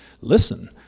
listen